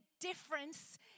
difference